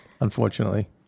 Unfortunately